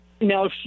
now